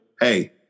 hey